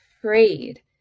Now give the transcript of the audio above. afraid